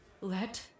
Let